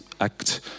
act